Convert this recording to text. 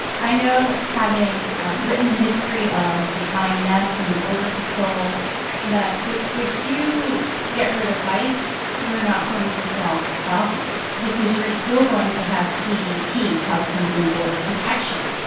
i know having written the history of the ins and the border patrol that if you get rid of ice, you're not going to solve the problem because you're still going to have cbp, customs and border protection.